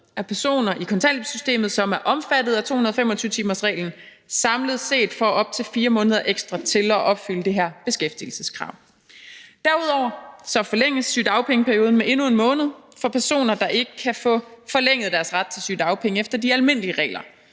at personer i kontanthjælpssystemet, som er omfattet af 225-timersreglen, samlet set får op til 4 måneder ekstra til at opfylde det her beskæftigelseskrav. Derudover forlænges sygedagpengeperioden med endnu en måned for personer, der ikke kan få forlænget deres ret til sygedagpenge efter de almindelige regler.